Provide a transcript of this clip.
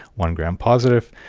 one gram-positive,